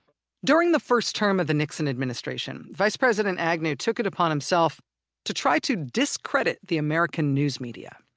during the first term of the nixon administration, vice president agnew took it upon himself to try to discredit the american news media.